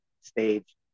stage